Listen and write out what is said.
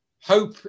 hope